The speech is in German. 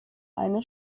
eine